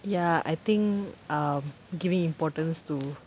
ya I think um giving importance to